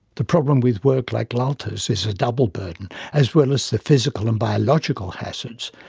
the problem with work like lalta's is a double burden as well as the physical and biological hazards,